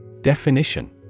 Definition